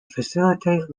facilitate